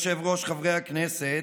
אדוני היושב-ראש, חבריי הכנסת,